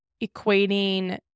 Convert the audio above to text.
equating